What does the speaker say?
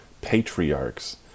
patriarchs